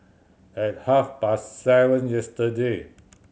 at half past seven yesterday